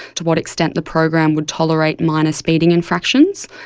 to what extent the program would tolerate minor speeding in fractions.